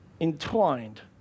entwined